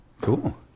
Cool